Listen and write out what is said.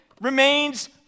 remains